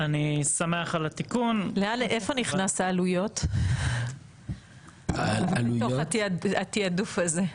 לאיפה נכנסות העלויות בתוך התיעדוף הזה?